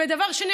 ודבר שני,